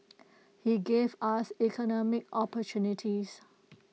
he gave us economic opportunities